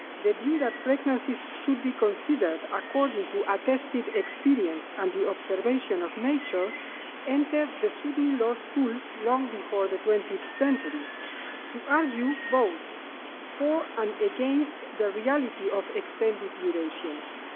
the view that pregnancies should be considered according to attested experience and the observation of nature and entered the sunni laws schools long before the twentieth century to argue both for and against the reality of extended durations.